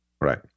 right